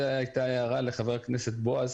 זו הייתה הערה לחבר הכנסת בועז,